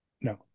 No